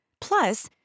Plus